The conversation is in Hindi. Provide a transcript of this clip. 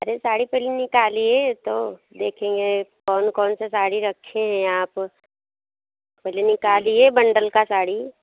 अरे साड़ी पहले निकालिए तो देखेंगे कौन कौन से साड़ी रखे हैं आप पहले निकालिए बंडल का साड़ी